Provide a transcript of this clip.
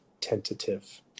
tentative